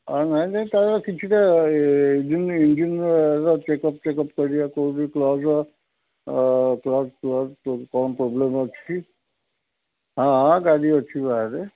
ହଁ ନାଇଁ ନାଇଁ ତା'ର କିଛିଟା ଇଞ୍ଜିନ୍ ଇଞ୍ଜିନ୍ର ଚେକ୍ଅପ ଚେକ୍ଅପ କରିବା କ୍ଲଜ୍ କ୍ଲଜ୍ ଫ୍ଲଜ୍ କ'ଣ ପ୍ରୋବଲେମ୍ ଅଛି ହଁ ଗାଡ଼ି ଅଛି ବାହାରେ